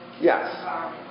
Yes